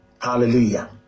Hallelujah